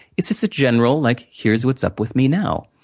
is just a general, like here's what's up with me now,